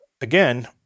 again